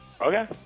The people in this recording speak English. okay